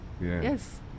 Yes